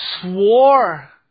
swore